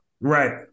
Right